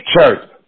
church